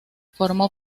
formó